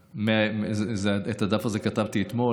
את הדף הזה כתבתי אתמול,